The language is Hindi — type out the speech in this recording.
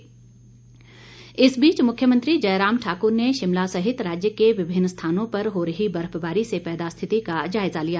जयराम इस बीच मुख्यमंत्री जयराम ठाकुर ने शिमला सहित राज्य के विभिन्न स्थानों पर हो रही बर्फबारी से पैदा स्थिति का जायजा लिया